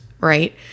right